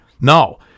No